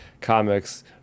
comics